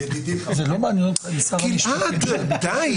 זה לא מעניין אותך אם שר המשפטים --- גלעד, די.